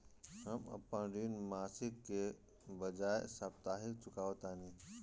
हम अपन ऋण मासिक के बजाय साप्ताहिक चुकावतानी